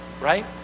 right